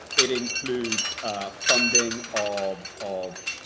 it includes funding of of